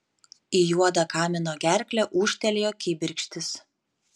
į juodą kamino gerklę ūžtelėjo kibirkštys